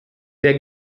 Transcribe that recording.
der